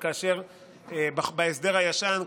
בהסדר הישן,